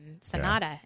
Sonata